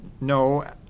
No